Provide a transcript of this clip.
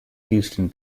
houston